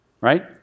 right